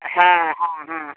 हाँ हाँ हाँ